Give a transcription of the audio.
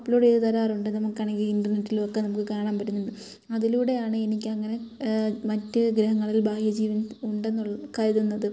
upload ചെയ്തു തരാറുണ്ട് നമുക്കാണെങ്കിൽ ഇൻ്റർനെറ്റിലൊക്കെ നമുക്ക് കാണാൻ പറ്റുന്നുണ്ട് അതിലൂടെയാണ് എനിക്കങ്ങനെ മറ്റു ഗ്രഹങ്ങളിൽ ബാഹ്യ ജീവൻ ഉണ്ടെന്നുള്ള കരുതുന്നത്